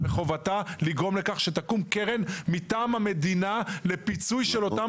מחובתה לגרום לכך שתקום קרן מטעם המדינה לפיצוי של אותם